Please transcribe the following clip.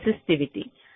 ఇవి రెసిస్టివిటీ